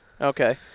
Okay